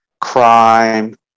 crime